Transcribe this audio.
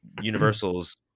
Universals